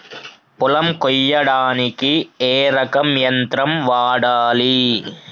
పొలం కొయ్యడానికి ఏ రకం యంత్రం వాడాలి?